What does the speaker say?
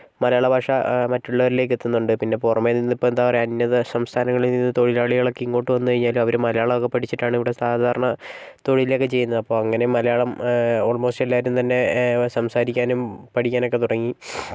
മലയാള ഭാഷ മറ്റുള്ളവരിലേക്ക് എത്തുന്നുണ്ട് പിന്നെ പുറമെനിന്നിപ്പോൾ എന്താപറയുവാ അന്യസംസ്ഥാനങ്ങളിൽ നിന്ന് തൊഴിലാളികളൊക്കെ ഇങ്ങോട്ട് വന്ന് കഴിഞ്ഞാലും അവർ മലയാളമൊക്കെ പഠിച്ചിട്ടാണ് ഇവിടെ സാധാരണ തൊഴിലൊക്കെ ചെയ്യുന്നത് അങ്ങനെ മലയാളം ആൾമോസ്റ്റ് എല്ലാവരും തന്നെ സംസാരിക്കനും പഠിക്കാനുമൊക്കെ തുടങ്ങി